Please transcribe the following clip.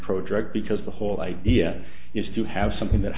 pro drug because the whole idea is to have something that